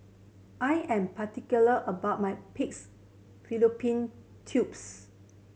I am particular about my pigs fallopian tubes